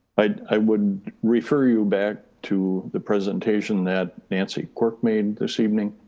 i would refer you back to the presentation that nancy quirk made this evening,